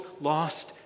lost